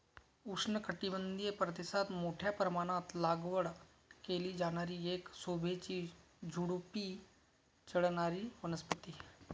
उष्णकटिबंधीय प्रदेशात मोठ्या प्रमाणात लागवड केली जाणारी एक शोभेची झुडुपी चढणारी वनस्पती